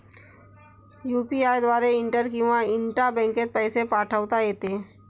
UPI द्वारे inter किंवा intra बँकेत पैसे पाठवता येते